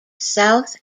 south